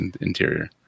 interior